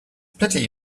pity